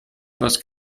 übers